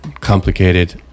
complicated